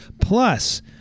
plus